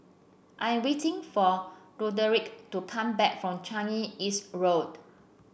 I am waiting for Roderick to come back from Changi East Road